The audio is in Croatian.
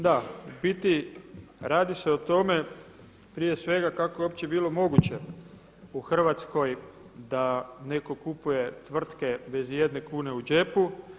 Da, u biti radi se o tome prije svega kako je uopće bilo moguće u Hrvatskoj da neko kupuje tvrtke bez ijedne kune u džepu.